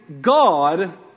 God